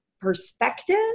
perspective